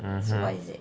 mmhmm